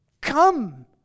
Come